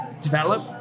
develop